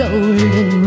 Golden